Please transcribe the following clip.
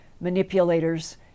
manipulators